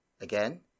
Again